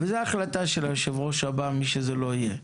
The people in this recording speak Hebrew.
זאת ההחלטה של היושב-ראש הבא, מי שזה יהיה.